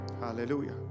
Hallelujah